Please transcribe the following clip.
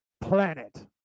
planet